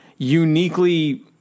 Uniquely